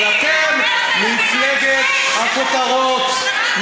אבל אתם מפלגת הכותרות.